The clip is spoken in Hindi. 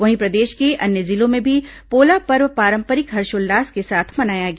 वहीं प्रदेश के अन्य जिलो में भी पोला पर्व पारंपरिक हषोल्लास के साथ मनाया गया